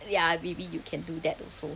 ya maybe you can do that also